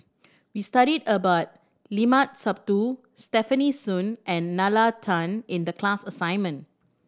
we study about Limat Sabtu Stefanie Sun and Nalla Tan in the class assignment